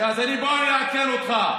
אז אני בא לעדכן אותך.